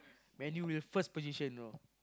Man U will first position know